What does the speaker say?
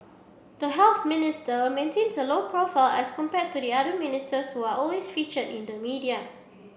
the Health Minister maintains a low profile as compared to the other ministers who are always featured in the media